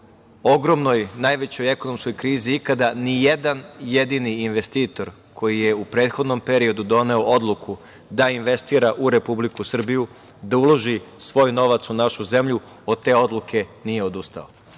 ogromnoj najvećoj ekonomskoj krizi ikada, ni jedan jedini investitor koji je u prethodnom periodu doneo odluku da investira u Republiku Srbiju, da uloži svoj novac u našu zemlju, od te odluke nije odustao. Ono